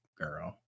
girl